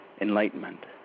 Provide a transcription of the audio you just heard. enlightenment